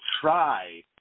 try